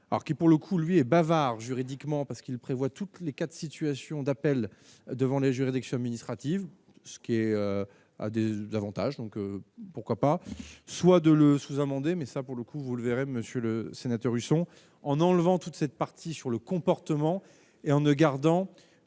qui pour le coup, lui, est bavard juridiquement parce qu'il prévoit toutes les quatre situations d'appel devant les juridictions administratives, ce qui est à des avantages, donc pourquoi pas, soit de le sous-amender mais ça pour le coup, vous le verrez, monsieur le sénateur sont en enlevant toute cette partie sur le comportement et en ne gardant